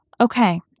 okay